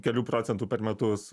kelių procentų per metus